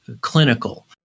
clinical